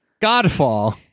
Godfall